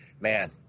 Man